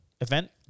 event